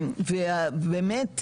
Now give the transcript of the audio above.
ובאמת,